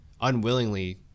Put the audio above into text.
unwillingly